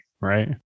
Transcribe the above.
right